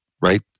right